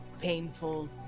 painful